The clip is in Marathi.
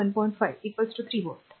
5 3 व्होल्ट